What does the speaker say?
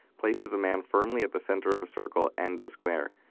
places a man firmly at the center of a circle and a square.